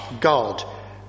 God